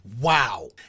wow